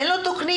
אין לו תוכנית.